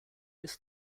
this